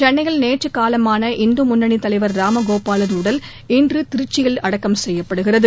சென்னையில் நேற்று காலமான இந்து முன்னணி தலைவர் ராமகோபாலன் உடல் இன்று திருச்சியில் அடக்கம் செய்யப்படுகிறது